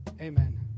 amen